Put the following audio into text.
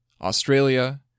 Australia